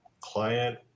client